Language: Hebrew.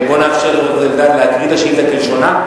בוא נאפשר לחבר הכנסת אלדד להקריא את השאילתא כלשונה,